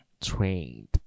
trained